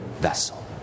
vessel